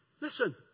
Listen